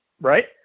right